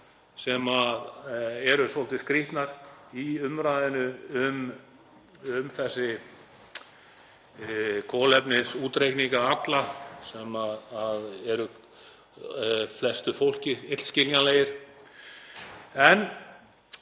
sem eru svolítið skrýtnar í umræðunni um þessa kolefnisútreikninga alla sem eru flestu fólki illskiljanlegir. En